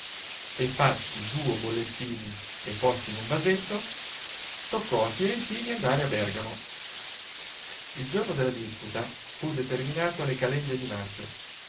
e fatti duo bollettini e posti in un vasetto toccò a firentini andare a bergamo il giorno della disputa fu determinato alle calende di maggio